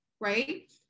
right